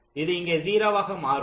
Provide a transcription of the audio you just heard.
இது இங்கே 0 ஆக மாறும்